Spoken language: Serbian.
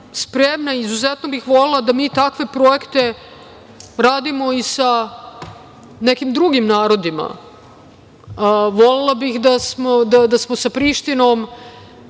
spremna i izuzetno bih volela da mi takve projekte radimo i sa nekim drugim narodima. Volela bih da smo sa Prištinom